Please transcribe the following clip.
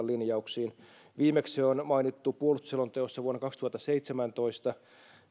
linjauksiin viimeksi se on mainittu puolustusselonteossa vuonna kaksituhattaseitsemäntoista